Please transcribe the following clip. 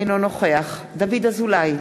אינו נוכח דוד אזולאי,